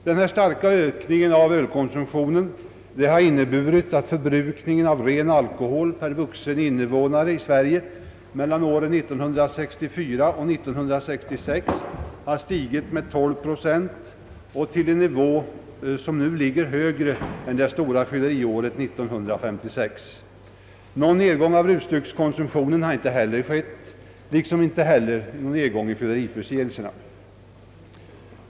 Denna starka ökning av ölkonsumtionen har inneburit att förbrukningen av ren alkohol per vuxen innevånare i Sverige mellan åren 1964 och 1966 har stigit med 12 procent och nått en nivå som är högre än det stora fylleriåret 1956. Någon nedgång av rusdryckskonsumtionen har inte heller skett, liksom inte heller någon nedgång i antalet fylleriförseelser.